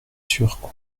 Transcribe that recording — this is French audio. sûr